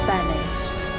Banished